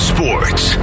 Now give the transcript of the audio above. Sports